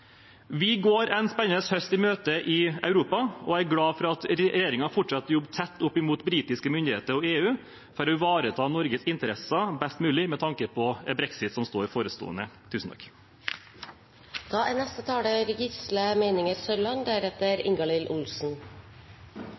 Vi går en spennende høst i møte i Europa og er glad for at regjeringen fortsatt jobber tett opp mot britiske myndigheter og EU for å ivareta Norges interesser best mulig med tanke på brexit, som er forestående.